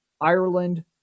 Ireland